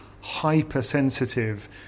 hypersensitive